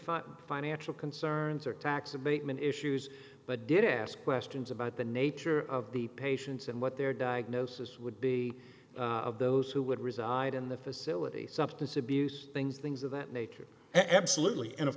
financial concerns or tax abatement issues but did ask questions about the nature of the patients and what their diagnosis would be of those who would reside in the facility substance abuse things things of that nature absolutely and of